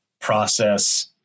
process